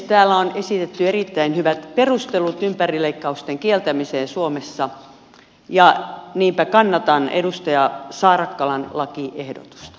täällä on esitetty erittäin hyvät perustelut ympärileikkausten kieltämiseen suomessa ja niinpä kannatan edustaja saarakkalan lakiehdotusta